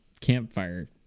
campfire